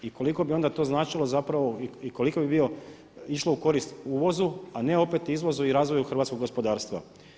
I koliko bi onda to značilo zapravo i koliko bi išlo u korist uvozu a ne opet izvozu i razvoju hrvatskog gospodarstva.